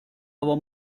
aber